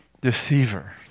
deceiver